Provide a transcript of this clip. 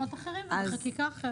במקומות אחרים ובחקיקה אחרת.